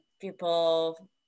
people